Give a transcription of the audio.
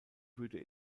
würde